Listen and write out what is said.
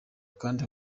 kandi